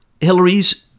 Hillary's